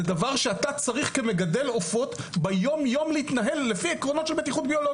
דבר שאתה צריך כמגדל עופות להתנהל על פיו ביום יום.